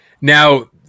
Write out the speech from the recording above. Now